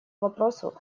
вопросу